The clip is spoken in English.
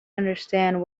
understand